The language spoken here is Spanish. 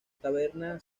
taberna